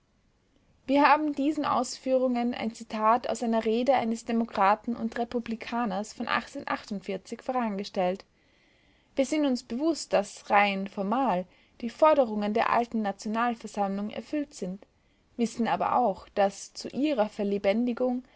wir haben diesen ausführungen ein zitat aus einer rede eines demokraten und republikaners von vorangestellt wir sind uns bewußt daß rein formal die forderungen der alten nationalversammlung erfüllt sind wissen aber auch daß zu ihrer verlebendigung